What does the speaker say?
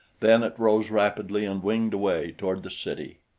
then it rose rapidly and winged away toward the city.